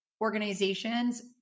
organizations